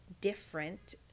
different